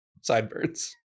sideburns